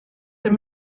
dem